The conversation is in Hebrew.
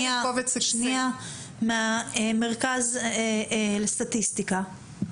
מהמרכז לסטטיסטיקה,